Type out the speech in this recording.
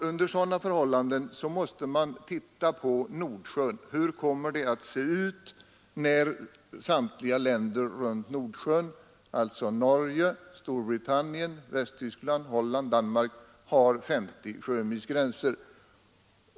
Under sådana förhållanden måste man fråga sig hur det kommer att se ut när samtliga länder vid Nordsjön — Norge, Storbritannien, Västtyskland, Holland och Danmark — har 50 sjömils gränser.